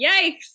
yikes